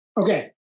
Okay